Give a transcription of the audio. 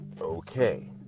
Okay